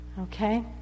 Okay